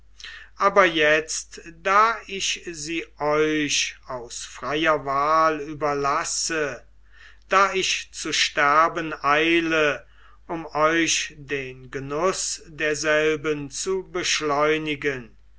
aber jetzt da ich sie euch aus freier wahl überlasse da ich zu sterben eile um euch den genuß derselben zu beschleunigen